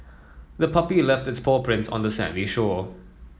the puppy left its paw prints on the sandy shore